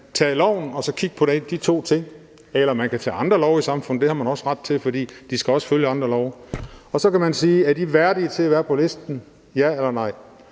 tage loven og så kigge på de to ting, eller man kan tage andre love i samfundet – det har man også ret til, for de skal også følge de andre love – og så kan man spørge: Er de værdige til at være på listen – ja eller nej?